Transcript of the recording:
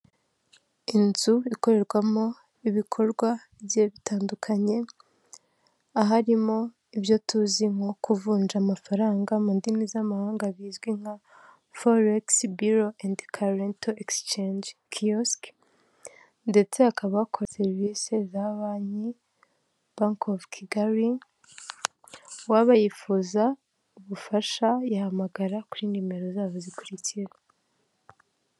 Inzu ikorerwamo ibikorwa bigiye bitandukanye aharimo ibyo tuzi nko kuvunja amafaranga mu ndimi z'amahanga bizwi nka foregisi biro andi karento egisicanje, kiyosike ndetse hakaba hakora serivisi za banki ndetse uwaba yifuza ubufasha yahamagara kuri nimero zabo zikurikira.